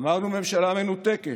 אמרנו ממשלה מנותקת?